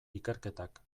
ikerketak